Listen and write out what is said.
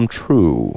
true